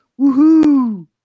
Woohoo